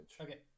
okay